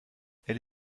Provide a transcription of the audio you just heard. elle